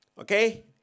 Okay